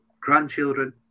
grandchildren